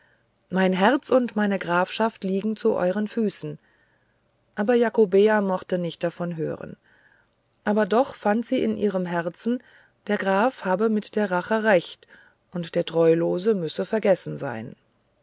mein herz und meine grafschaft liegen zu euren füßen zwar jakobea mochte nicht davon hören aber doch fand sie in ihrem herzen der graf habe mit der rache recht und der treulose müsse vergessen sein